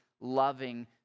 loving